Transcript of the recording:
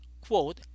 quote